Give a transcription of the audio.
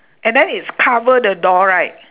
and then it's cover the door right